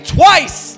twice